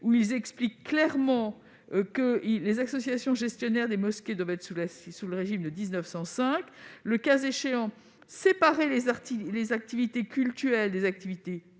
l'expose clairement : les associations gestionnaires des mosquées doivent être sous le régime de 1905. Il convient le cas échéant de séparer les activités cultuelles des activités